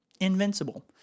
Invincible